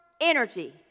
energy